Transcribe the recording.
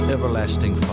Everlasting